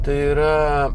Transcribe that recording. tai yra